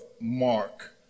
Mark